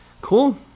Cool